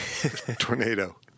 Tornado